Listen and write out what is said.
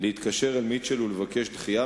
להתקשר למיטשל ולבקש דחייה,